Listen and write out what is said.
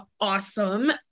awesome